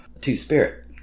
two-spirit